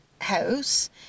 house